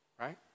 right